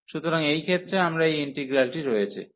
সুতরাং এই ক্ষেত্রে আমাদের এই ইন্টিগ্রালটি রয়েছে